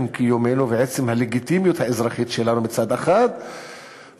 קיומנו ועצם הלגיטימיות האזרחית שלנו מצד אחד,